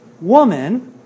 woman